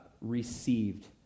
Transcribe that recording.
received